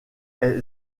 est